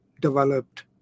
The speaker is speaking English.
developed